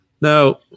Now